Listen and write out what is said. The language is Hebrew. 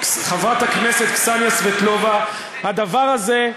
חברת הכנסת סבטלובה, סליחה.